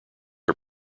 are